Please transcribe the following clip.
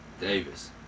Davis